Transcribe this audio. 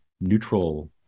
neutral